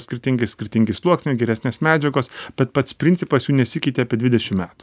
skirtingi skirtingi sluoksniai geresnės medžiagos bet pats principas jau nesikeitė apie dvidešim metų